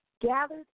gathered